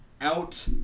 out